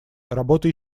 работа